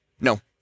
No